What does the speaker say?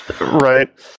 Right